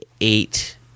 Eight